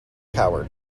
coward